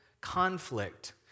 conflict